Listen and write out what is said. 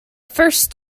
first